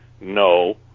No